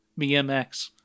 BMX